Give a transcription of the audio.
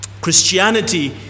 Christianity